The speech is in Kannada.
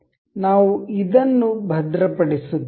ನಾವು ಇದನ್ನು ಭದ್ರಪಡಿಸುತ್ತೇವೆ